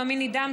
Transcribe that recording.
נעמי נידם,